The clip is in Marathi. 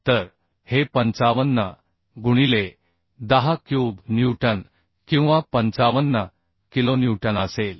तर हे 55 गुणिले 10 क्यूब न्यूटन किंवा 55 किलोन्यूटन असेल